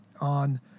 on